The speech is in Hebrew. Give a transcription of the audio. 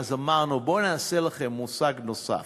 אמרנו: בואו נקבע לכם מושג נוסף,